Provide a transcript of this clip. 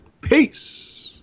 Peace